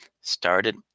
started